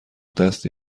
دستی